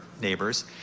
neighbors